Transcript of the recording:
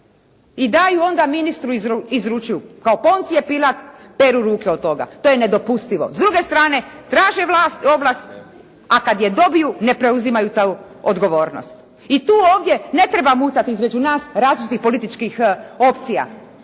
i daju onda ministru izručuju kao Poncije Pilat peru ruke od toga. To je nedopustivo. S druge strane traže ovlast, a kada je dobiju ne preuzimaju tu odgovornost. I tu ovdje ne trebam mucati između nas različitih političkih opcija.